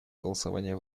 голосование